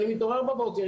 אני מתעורר בבוקר,